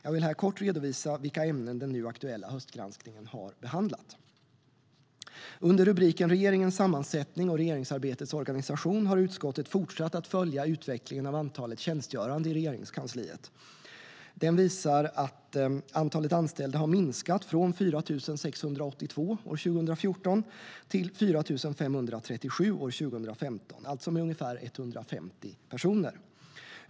Jag vill här kort redovisa vilka ämnen den nu aktuella höstgranskningen har behandlat. Under rubriken "Regeringens sammansättning och regeringsarbetets organisation" har utskottet fortsatt att följa utvecklingen av antalet tjänstgörande i Regeringskansliet. Granskningen visar att antalet anställda har minskat från 4 682 år 2014 till 4 537 år 2015, alltså med ungefär 150 personer.